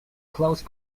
close